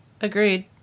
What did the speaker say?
Agreed